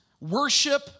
worship